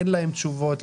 אין לאוצר תשובות,